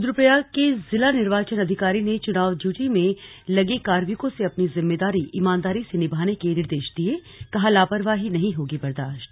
रुद्रप्रयाग के जिला निर्वाचन अधिकारी ने चुनाव ड्यूटी में लगे कार्मिकों से अपनी जिम्मेदारी ईमानदारी से निभाने के निर्देश दियेकहा लापरवाही नहीं होगी बर्दाश्त